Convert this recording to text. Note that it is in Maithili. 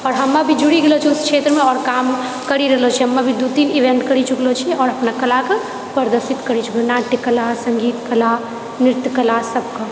आओर हमे भी जुड़ी गेलो छिऐ उस क्षेत्रमे आओर काम करी रहलो छिऐ हम अभी दू तीन इवेंट करी चुकलो छिऐ आओर अपना कलाके प्रदर्शित करी चुकलो छिऐ नाट्य कला सङ्गीत कला नृत्य कला सबके